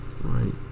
right